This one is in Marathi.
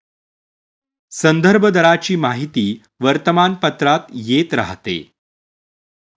संदर्भ दराची माहिती वर्तमानपत्रात येत राहते